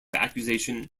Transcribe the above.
accusation